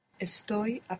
Estoy